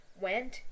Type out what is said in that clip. went